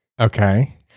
Okay